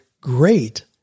great